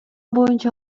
боюнча